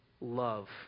love